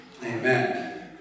Amen